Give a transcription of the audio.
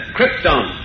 Krypton